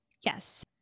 yes